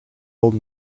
old